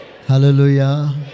Hallelujah